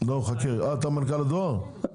לפי מודל שעובד בשוק